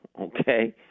okay